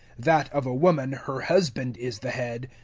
that of a woman her husband is the head,